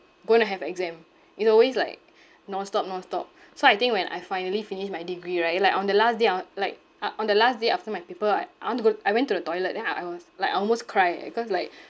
going to have exam it's always like nonstop nonstop so I think when I finally finished my degree right like on the last day ah like ah on the last day after my paper I I want to go I went to the toilet then I I was like I almost cry because like